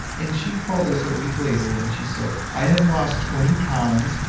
and she called us a week later and she said, i have lost twenty pounds.